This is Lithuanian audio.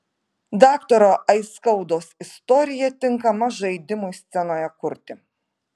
daktaro aiskaudos istorija tinkama žaidimui scenoje kurti